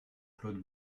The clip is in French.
claude